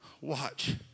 watch